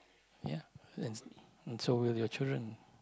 ya that's and so will your children